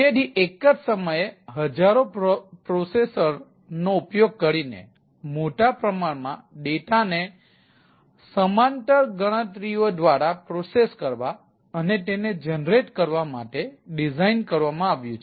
તેથી એક જ સમયે હજારો પ્રોસેસર નો ઉપયોગ કરીને મોટા પ્રમાણમાં ડેટા ને સમાંતર ગણતરીઓ દ્વારા પ્રોસેસ કરવા અને તેને જનરેટ કરવા માટે ડિઝાઇન કરવામાં આવ્યું છે